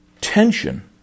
tension